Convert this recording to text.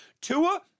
Tua